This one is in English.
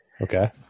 Okay